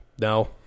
No